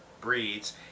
breeds